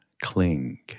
cling